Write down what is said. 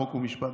חוק ומשפט,